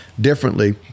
differently